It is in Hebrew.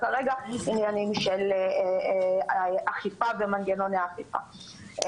כרגע עניינים של אכיפה ומנגנוני אכיפה.